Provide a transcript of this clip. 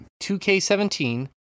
2K17